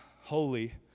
holy